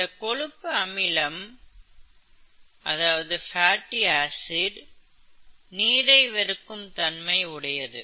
இந்தக் கொழுப்பு அமிலம் நீரை வெறுக்கும் தன்மை உடையது